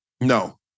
No